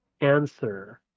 answer